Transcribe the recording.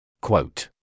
Quote